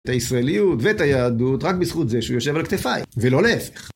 את הישראליות ואת היהדות רק בזכות זה שהוא יושב על כתפיים, ולא להפך.